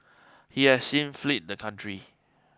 he has since flee the country